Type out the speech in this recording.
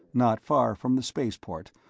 not far from the spaceport,